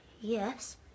Yes